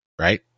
right